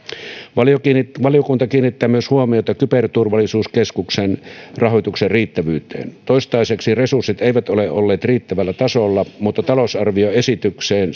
valiokunta kiinnittää myös huomiota kyberturvallisuuskeskuksen rahoituksen riittävyyteen toistaiseksi resurssit eivät ole olleet riittävällä tasolla mutta talousarvioesitykseen